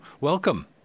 Welcome